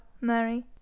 Mary